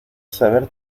saber